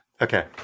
Okay